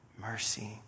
mercy